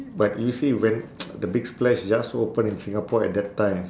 but you see when the big splash just open in singapore at that time